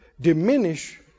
diminish